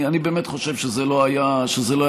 אני באמת חושב שזה לא היה במקום.